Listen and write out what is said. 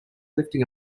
lifting